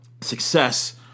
Success